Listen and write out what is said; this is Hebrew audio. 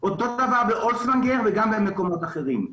אותו דבר באוסוונגר וגם במקומות אחרים.